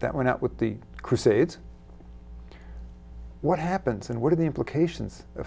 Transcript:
that went out with the crusades what happens and what are the implications of